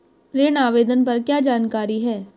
ऋण आवेदन पर क्या जानकारी है?